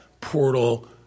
portal